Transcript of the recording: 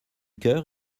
cœur